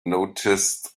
noticed